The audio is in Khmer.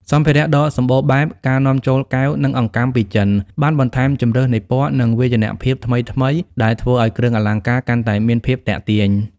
សម្ភារៈដ៏សម្បូរបែប: ការនាំចូលកែវ និងអង្កាំពីចិន បានបន្ថែមជម្រើសនៃពណ៌ និងវាយនភាពថ្មីៗ ដែលធ្វើឱ្យគ្រឿងអលង្ការកាន់តែមានភាពទាក់ទាញ។